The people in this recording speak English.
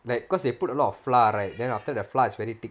like because they put a lot of flour right then after the flour is very thick